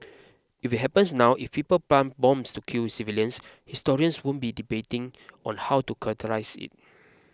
if it happens now if people plant bombs to kill civilians historians won't be debating on how to characterise it